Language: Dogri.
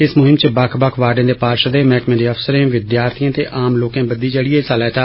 इस मुहिम च बक्ख बक्ख वार्डे दे पार्षदें मैहकमे दे अफसरें विद्यार्थियें ते आम लोके बदी चढियै हिस्सा लैता